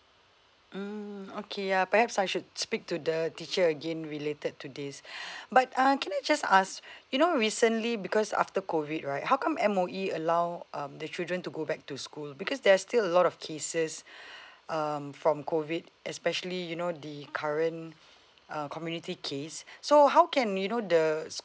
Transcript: mm okay ya perhaps I should speak to the teacher again related to this but uh I can I just ask you know recently because after COVID right how come M_O_E allow um the children to go back to school because there's still a lot of cases um from COVID especially you know the current uh community case so how can you know the